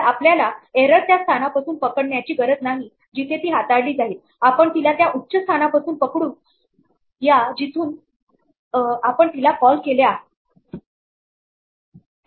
तर आपल्याला एरर त्या स्थानापासून पकडण्याची गरज नाही जिथे ती हाताळली जाईल आपण तिला त्या उच्च स्थानापासून पकडू या जिथुन आपण तिला कॉल केले आहे